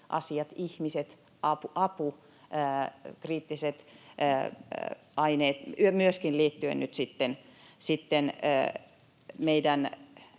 asiat: ihmiset, apu, kriittiset aineet — myöskin liittyen nyt sitten meidän